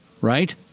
right